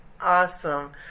Awesome